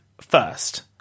first